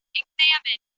examine